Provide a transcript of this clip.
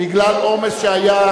בגלל העומס שהיה